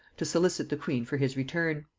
to solicit the queen for his return.